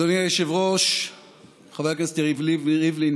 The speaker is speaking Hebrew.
אדוני היושב-ראש חבר הכנסת יריב לוין,